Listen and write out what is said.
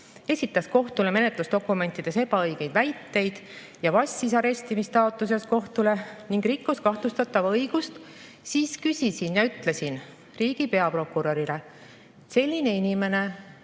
esitas kohtule menetlusdokumentides ebaõigeid väiteid, vassis arestimistaotluses kohtule ning rikkus kahtlustatava õigust, siis küsisin selle kohta ja ütlesin riigi peaprokurörile, et selline inimene,